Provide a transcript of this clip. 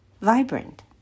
vibrant